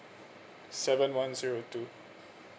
seven one zero two